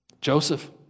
Joseph